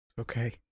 Okay